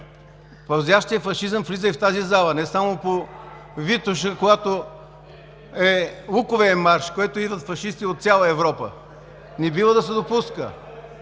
Пълзящият фашизъм влиза и в тази зала, не само по „Витоша“, когато е Луковмарш, където идват фашисти от цяла Европа. Не бива да се допуска.